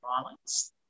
violence